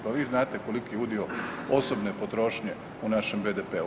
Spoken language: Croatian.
Pa vi znate koliki udio osobne potrošnje u našem BDP-u.